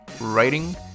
writing